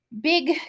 big